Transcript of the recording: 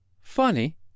Funny